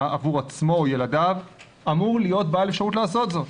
עבור עצמו או ילדיו אמור להיות בעל אפשרות לעשות זאת.